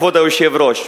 כבוד היושב-ראש,